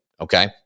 okay